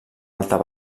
altar